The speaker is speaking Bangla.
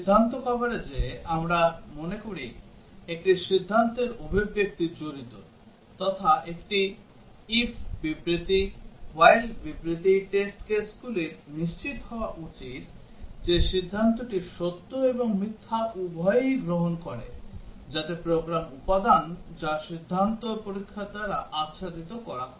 সিদ্ধান্ত কভারেজে আমরা মনে করি একটি সিদ্ধান্তের অভিব্যক্তি জড়িত তথা একটি if বিবৃতি while বিবৃতি টেস্ট কেসগুলির নিশ্চিত হওয়া উচিত যে সিদ্ধান্তটি সত্য এবং মিথ্যা উভয়ই গ্রহণ করে যাতে প্রোগ্রাম উপাদান যা সিদ্ধান্ত পরীক্ষার দ্বারা আচ্ছাদিত করা হয়